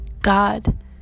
God